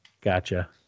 Gotcha